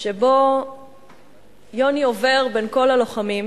שבו יוני עובר בין כל הלוחמים